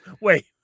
Wait